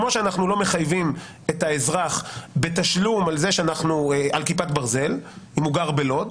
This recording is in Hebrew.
כמו שאנחנו לא מחייבים את האזרח בתשלום על כיפת ברזל אם הוא גר בלוד,